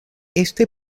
este